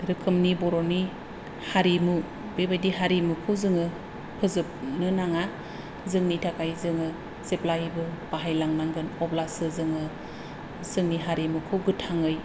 रोखोमनि बर'नि हारिमु बेबायदि हारिमुखौ जोङो फोजोबनो नाङा जोंनि थाखाय जोङो जेब्लायबो बाहायलांनांगोन अब्लासो जोङो जोंनि हारिमुखौ गोथाङै